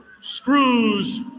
screws